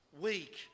weak